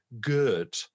good